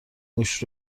موش